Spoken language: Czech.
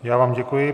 Já vám děkuji.